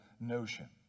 notion